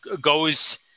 goes